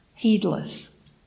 heedless